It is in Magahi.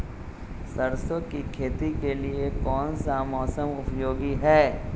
सरसो की खेती के लिए कौन सा मौसम उपयोगी है?